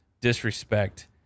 disrespect